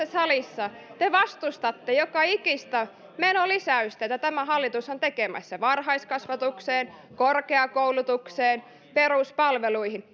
salissa te vastustatte joka ikistä menolisäystä jota tämä hallitus on tekemässä varhaiskasvatukseen korkeakoulutukseen tai peruspalveluihin